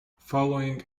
following